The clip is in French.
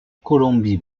colombie